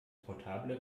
portable